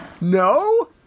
No